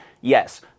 yes